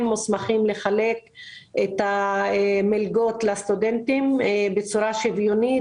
מוסמכים לחלק את המלגות לסטודנטים בצורה שוויונית,